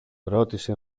ρώτησε